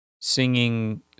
singing